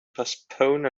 postpone